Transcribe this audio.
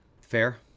Fair